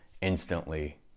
instantly